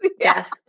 Yes